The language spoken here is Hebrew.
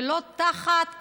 ולא תחת,